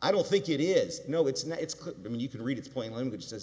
i don't think it is no it's not it's good i mean you can read it's plain language there's